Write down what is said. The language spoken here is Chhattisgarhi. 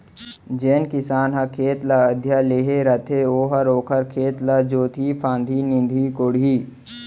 जेन किसान ह खेत ल अधिया लेहे रथे ओहर ओखर खेत ल जोतही फांदही, निंदही कोड़ही